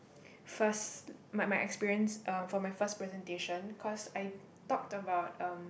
first my my experience uh for my first presentation cause I talked about um